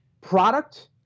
product